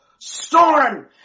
storm